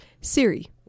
Siri